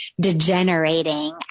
degenerating